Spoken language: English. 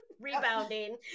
rebounding